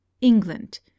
England